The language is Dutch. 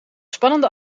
spannende